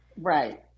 Right